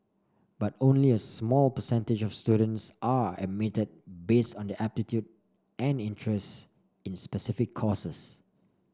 but only a small percentage of students are admitted based on their aptitude and interests in specific courses